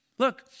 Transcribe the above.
Look